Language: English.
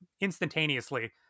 instantaneously